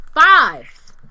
five